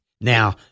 Now